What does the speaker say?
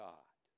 God